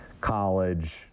college